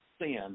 sin